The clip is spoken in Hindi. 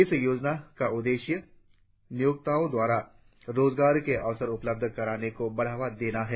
इस योजना का उद्देश्य नियोक्ताओं द्वारा रोजगार के अवसर उपलब्ध कराने को बढ़ावा देना है